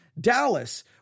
Dallas